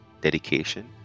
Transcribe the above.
dedication